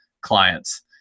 clients